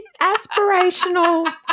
Aspirational